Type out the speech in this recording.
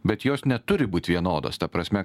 bet jos neturi būt vienodos ta prasme